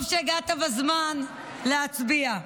טוב שהגעת בזמן להצביע.